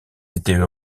étaient